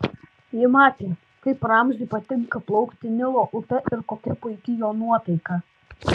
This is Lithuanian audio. ji matė kaip ramziui patinka plaukti nilo upe ir kokia puiki jo nuotaika